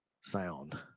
sound